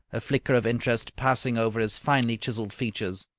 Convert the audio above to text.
a flicker of interest passing over his finely-chiselled features.